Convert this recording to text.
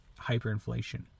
hyperinflation